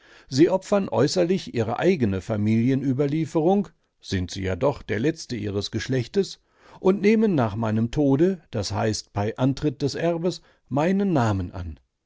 sie opfern äußerlich ihre eigene familienüberlieferung sind sie ja doch der letzte ihres geschlechtes und nehmen nach meinem tode das heißt bei antritt des erbes meinen namen an